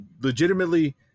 legitimately